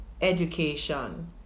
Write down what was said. education